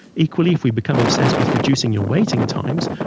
equally, if we become obsessed with reducing your waiting times,